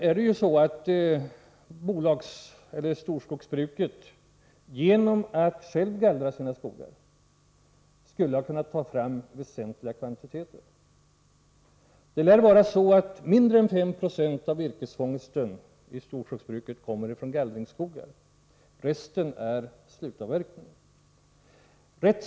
Genom att själv gallra sina skogar skulle storskogsbruket ha kunnat ta fram väsentliga kvantiteter. Mindre än 5 96 av virkesfångsten i storskogsbruket lär komma från gallringsskogar. Resten är slutavverkning.